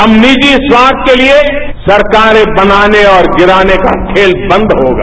अब निजी स्वार्थ के लिए सरकारें बनाने और गिराने का खेल बंद होगा